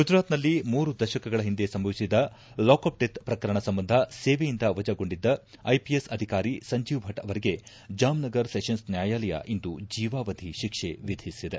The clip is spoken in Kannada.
ಗುಜರಾತ್ನಲ್ಲಿ ಮೂರು ದಶಕಗಳ ಹಿಂದೆ ಸಂಭವಿಸಿದ ಲಾಕಪ್ಡೆತ್ ಪ್ರಕರಣ ಸಂಬಂಧ ಸೇವೆಯಿಂದ ವಜಾಗೊಂಡಿದ್ದ ಐಪಿಎಸ್ ಅಧಿಕಾರಿ ಸಂಜೀವ್ ಭಟ್ ಅವರಿಗೆ ಜಾಮ್ನಗರ್ ಸೆಷನ್ಸ್ ನ್ಯಾಯಾಲಯ ಇಂದು ಜೀವಾವಧಿ ಶಿಕ್ಷೆ ವಿಧಿಸಿದೆ